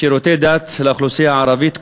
שירותי דת לאוכלוסייה הערבית,